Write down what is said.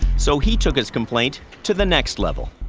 so he took his complaint to the next level.